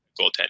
goaltender